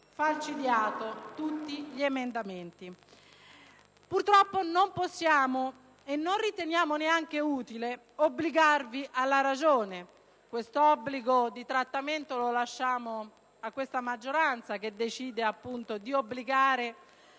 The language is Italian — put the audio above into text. falcidiato numerosi emendamenti. Purtroppo, non possiamo e non riteniamo neanche utile obbligarvi alla ragione: quest'obbligo di trattamento lo lasciamo alla maggioranza, che decide di obbligare